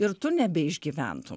ir tu nebeišgyventum